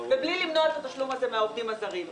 ובלי למנוע את התשלום הזה מהעובדים הזרים.